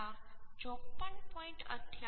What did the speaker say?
આ 54